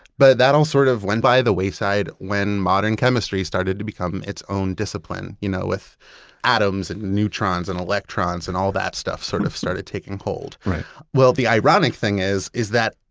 but that all sort of went by the wayside when modern chemistry started to become its own discipline, you know with atoms and neutrons and electrons and all that stuff sort of started taking hold right well, the ironic thing is is that,